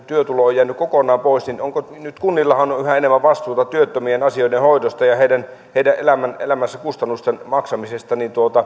työtulo on jäänyt kokonaan pois kunnillahan on on yhä enemmän vastuuta työttömien asioiden hoidosta ja heidän heidän elämänsä elämänsä kustannusten maksamisesta